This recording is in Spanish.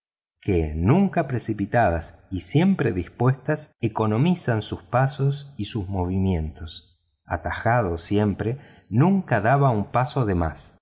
que nunca precipitadas y siempre dispuestas economizan sus pasos y sus movimientos atajando siempre nunca daba un paso de más